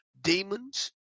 demons